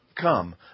come